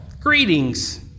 Greetings